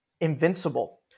invincible